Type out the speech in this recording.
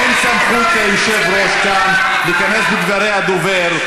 אין סמכות ליושב-ראש כאן להיכנס בדברי הדובר.